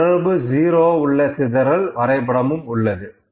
இந்த தொடர்பு 0 உள்ள சிதறல் வரைபடம் உள்ளது